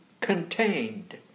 contained